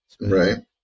Right